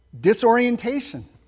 disorientation